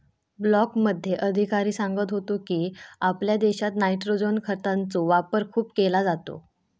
ब्लॉकमध्ये अधिकारी सांगत होतो की, आपल्या देशात नायट्रोजन खतांचो वापर खूप केलो जाता